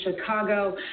Chicago